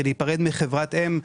של היפרדות מחברת האם,